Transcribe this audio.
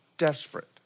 desperate